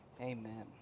amen